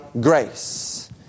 grace